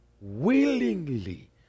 willingly